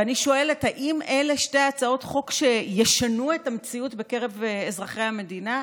ואני שואלת: האם אלה שתי הצעות חוק שישנו את המציאות בקרב אזרחי המדינה?